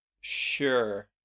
sure